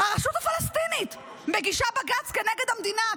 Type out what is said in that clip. הרשות הפלסטינית מגישה בג"ץ כנגד המדינה,